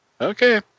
okay